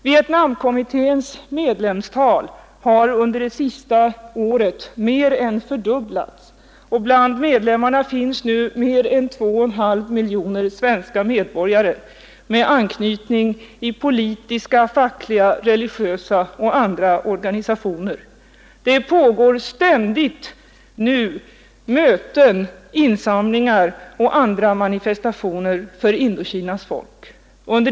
Vietnamkommitténs medlemstal har under det senaste året mer än fördubblats, och bland medlemmarna finns nu mer än 2,5 miljoner 137 svenska medborgare med anknytning i politiska, fackliga, religiösa och andra organisationer. Det pågår nu ständigt möten, insamlingar och andra manifestationer för Indokinas folk.